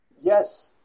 Yes